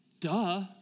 duh